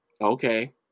Okay